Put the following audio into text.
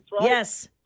yes